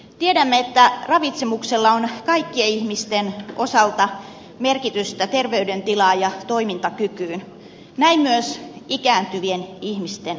tiedämme että ravitsemuksella on kaikkien ihmisten osalta merkitystä terveydentilaan ja toimintakykyyn näin myös ikääntyvien ihmisten kohdalla